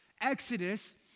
Exodus